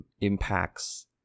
impacts